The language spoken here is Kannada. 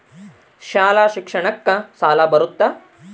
ಶಾಲಾ ಶಿಕ್ಷಣಕ್ಕ ಸಾಲ ಬರುತ್ತಾ?